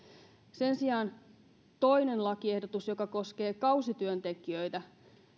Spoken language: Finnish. sen sijaan toinen lakiehdotusta joka koskee kausityöntekijöitä